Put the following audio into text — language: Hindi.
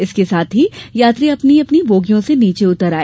इसके साथ ही यात्री अपनी अपनी बोगियों से नीचे उतर आए